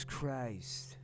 Christ